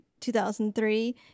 2003